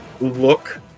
look